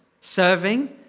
Serving